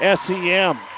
SEM